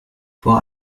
vor